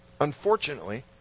Unfortunately